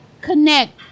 connect